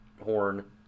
horn